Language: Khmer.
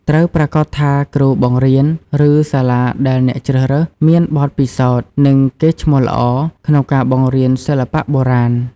ត្រូវប្រាកដថាគ្រូបង្រៀន ឬសាលាដែលអ្នកជ្រើសរើស មាន បទពិសោធន៍ និងកេរ្តិ៍ឈ្មោះល្អ ក្នុងការបង្រៀនសិល្បៈបុរាណ។